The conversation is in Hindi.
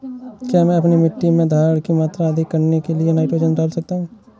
क्या मैं अपनी मिट्टी में धारण की मात्रा अधिक करने के लिए नाइट्रोजन डाल सकता हूँ?